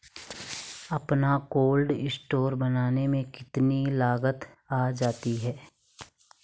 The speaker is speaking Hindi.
अपना कोल्ड स्टोर बनाने में कितनी लागत आ जाती है?